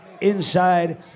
inside